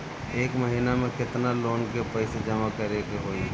एक महिना मे केतना लोन क पईसा जमा करे क होइ?